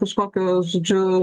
kažkokio žodžiu